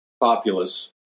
populace